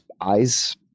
eyes